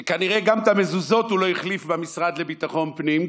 שכנראה גם את המזוזות הוא לא החליף במשרד לביטחון פנים,